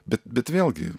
bet bet vėlgi